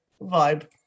vibe